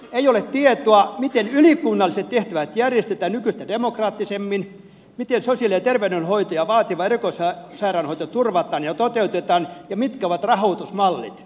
ei ole tietoa miten ylikunnalliset tehtävät järjestetään nykyistä demokraattisemmin miten sosiaali ja terveydenhoito ja vaativa erikoissairaanhoito turvataan ja toteutetaan ja mitkä ovat rahoitusmallit